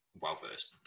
well-versed